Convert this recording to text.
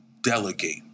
delegate